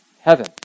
heaven